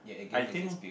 I think